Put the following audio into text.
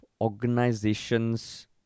organizations